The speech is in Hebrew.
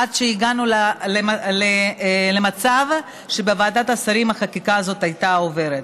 עד שהגענו למצב שבוועדת השרים החקיקה הזאת הייתה עוברת.